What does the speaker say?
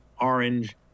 orange